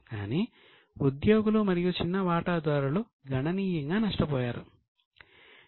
కానీ ఉద్యోగులు మరియు చిన్న వాటాదారులు గణనీయంగా నష్టపోయారు